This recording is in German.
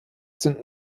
sind